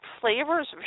flavors